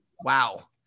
Wow